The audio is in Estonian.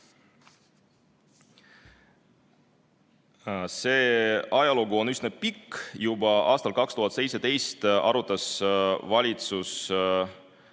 See ajalugu on üsna pikk. Juba aastal 2017 arutas valitsus